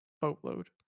boatload